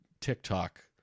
TikTok